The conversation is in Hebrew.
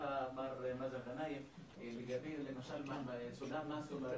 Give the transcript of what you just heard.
אני מחזק את הדברים שלך,